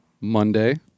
Monday